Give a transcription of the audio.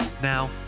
Now